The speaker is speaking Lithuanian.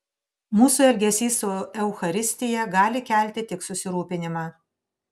mūsų elgesys su eucharistija gali kelti tik susirūpinimą